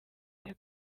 cya